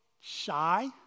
shy